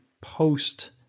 post